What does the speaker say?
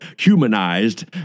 humanized